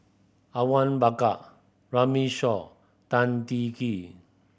Awang Bakar Runme Shaw Tan Teng Kee